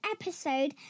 episode